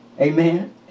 Amen